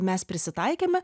mes prisitaikėme